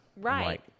Right